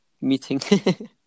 meeting